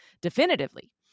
definitively